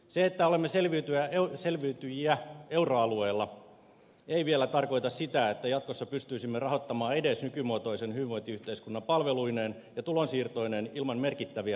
se että olemme selviytyjiä euroalueella ei vielä tarkoita sitä että jatkossa pystyisimme rahoittamaan edes nykymuotoisen hyvinvointiyhteiskunnan palveluineen ja tulonsiirtoineen ilman merkittäviä uudistuksia